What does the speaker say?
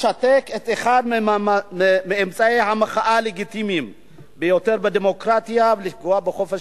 לשתק את אחד מאמצעי המחאה הלגיטימיים בדמוקרטיה ולפגוע בחופש